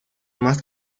más